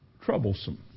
troublesome